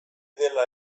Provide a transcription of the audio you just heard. dela